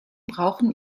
brauchen